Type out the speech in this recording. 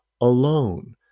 alone